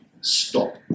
stop